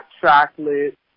chocolate